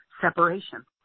separation